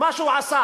מה שהוא עשה.